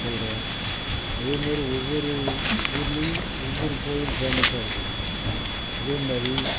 சொல்கிறோம் அதேமாதிரி ஒவ்வொரு ஊர்லேயும் ஒவ்வொரு கோயில் ஃபேமஸாக இருக்குது அதேமாதிரி